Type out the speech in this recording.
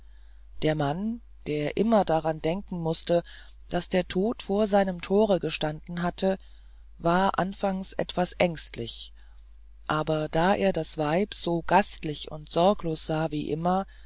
der mann der immer daran denken mußte daß der tod vor seinem tore gestanden hatte war anfangs etwas ängstlich aber da er das weib so gastlich und sorglos sah wie immer